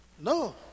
No